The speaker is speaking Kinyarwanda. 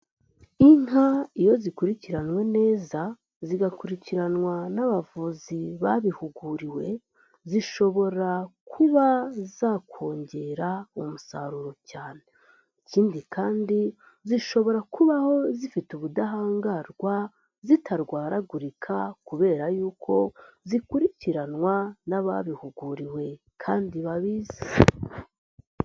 Inka iyo zikurikiranwe neza, zigakurikiranwa n'abavuzi babihuguriwe zishobora kuba zakongera umusaruro cyane. Ikindi kandi zishobora kubaho zifite ubudahangarwa zitarwaragurika kubera yuko zikurikiranwa n'ababihuguriwe kandi babizi.